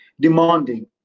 demanding